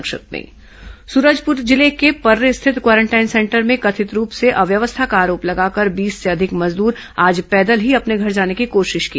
संक्षिप्त समाचार सूरजपुर जिले के पर्री स्थित क्वारेंटाइन सेंटर में कथित रूप से अव्यवस्था का आरोप लगाकर बीस से अधिक मजदूर आज पैदल ही अपने घर जाने की कोशिश की